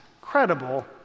credible